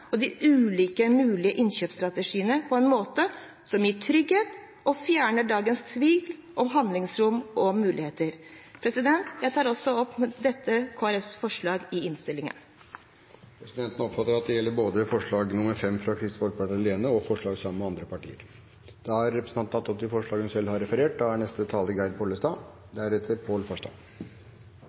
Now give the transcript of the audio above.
og de ulike mulige innkjøpsstrategiene på en måte som gir trygghet og fjerner dagens tvil om handlingsrom og muligheter. Jeg tar med dette opp forslag som Kristelig Folkeparti er alene om og forslag som Kristelig Folkeparti har sammen med andre partier i innstillingen. Representanten Line Henriette Hjemdal har tatt opp de forslagene hun refererte til. Jeg er glad for at den loven vi skal vedta i dag, har